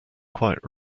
quite